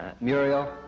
Muriel